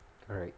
alright